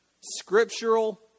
scriptural